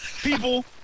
people